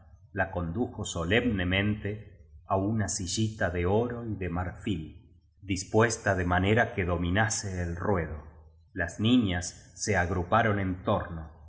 la coudujo solemne mente á una sillita de oro y de marfil dispuesta de manera biblioteca nacional de españa el cumpleaños de la infanta que dominase el ruedo las niñas se agruparon en torno